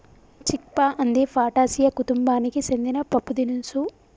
చిక్ పా అంది ఫాటాసియా కుతుంబానికి సెందిన పప్పుదినుసు